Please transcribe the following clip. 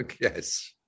Yes